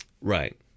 Right